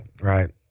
Right